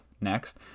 next